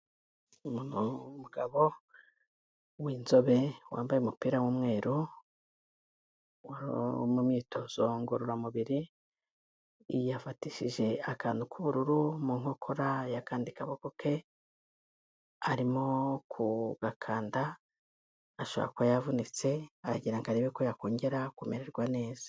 Umugabo w'inzobe wambaye umupira w'umweru, uri mu myitozo ngororamubiri, yafatishije akantu k'ubururu mu nkokora y'akandi kaboko ke, arimo kugakanda ashobora kuba yavunitse, aragira ngo arebe ko yakongera kumererwa neza.